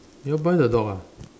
you want buy the dog ah